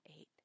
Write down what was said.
eight